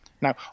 Now